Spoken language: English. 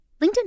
LinkedIn